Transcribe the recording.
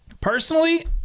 personally